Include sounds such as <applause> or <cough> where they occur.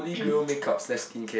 <coughs>